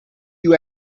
you